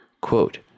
Quote